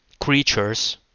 creatures